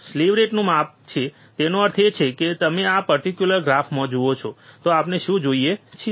slew રેટનું માપ છે તેનો અર્થ એ છે કે જો તમે આ પર્ટીક્યુલર ગ્રાફમાં જુઓ છો તો આપણે શું જોઈએ છીએ